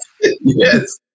Yes